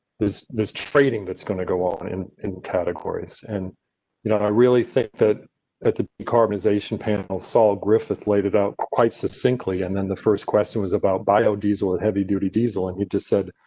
there's there's trading that's going to go on in in categories and. you know, i really think that at the cognization panel solid, griff laid it out quite succinctly. and then the first question was about bio, diesel and heavy duty diesel. and you just said.